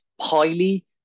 highly